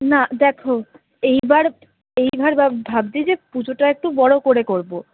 না দেখো এইবার এইবার ভাব ভাবছি যে পুজোটা একটু বড় করে করব